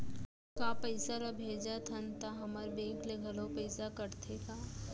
का पइसा ला भेजथन त हमर बैंक ले घलो पइसा कटथे का?